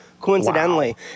Coincidentally